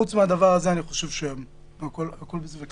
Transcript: חוץ מהדבר הזה אני חושב שהכול בסדר.